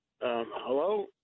Hello